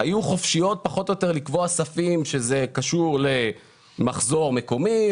היו חופשיות פחות או יותר לקבוע ספים כשזה קשור למחזור מקומי,